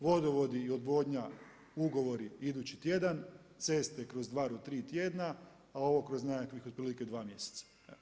Vodovodi i odvodnja, ugovori idući tjedan, ceste kroz dva do tri tjedna a ovo kroz nekakvih otprilike 2 mjeseca.